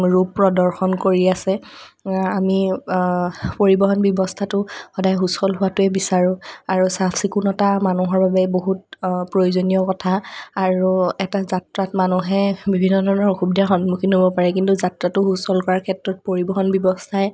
ৰূপ প্ৰদৰ্শন কৰি আছে আমি পৰিৱহণ ব্যৱস্থাটো সদায় সুচল হোৱাটোৱেই বিচাৰো আৰু চাফ চিকুণতা মানুহৰ বাবে বহুত প্ৰয়োজনীয়া কথা আৰু এটা যাত্ৰাত মানুহে বিভিন্ন ধৰণৰ অসুবিধাৰ সন্মুখীন হ'ব পাৰে কিন্তু যাত্ৰাটো সুচল কৰাৰ ক্ষেত্ৰত পৰিৱহণ ব্যৱস্থাই